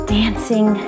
dancing